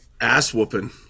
ass-whooping